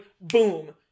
Boom